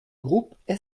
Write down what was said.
groupe